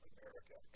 America